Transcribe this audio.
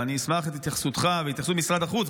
אני אשמח להתייחסותך ולהתייחסות משרד החוץ,